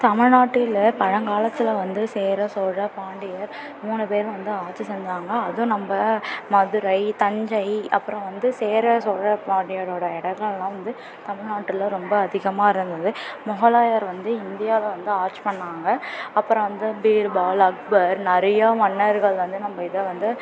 தமிழ்நாட்டில் பழங்காலத்தில் வந்து சேரர் சோழ பாண்டியர் மூணு பேரும் வந்து ஆட்சி செஞ்சாங்க அதுவும் நம்ப மதுரை தஞ்சை அப்புறம் வந்து சேரர் சோழர் பாண்டியரோட இடங்கள்லாம் வந்து தமிழ்நாட்டில் ரொம்ப அதிகமாக இருந்தது மொகலாயர் வந்து இந்தியாவை வந்து ஆட்சி பண்ணிணாங்க அப்புறம் வந்து பீர்பால் அக்பர் நிறையா மன்னர்கள் வந்து நம்ப இதை வந்து